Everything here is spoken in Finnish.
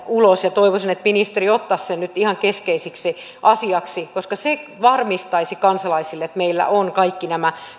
ulos toivoisin että ministeri ottaisi sen nyt ihan keskeiseksi asiaksi koska se varmistaisi kansalaisille että meillä ovat kaikki nämä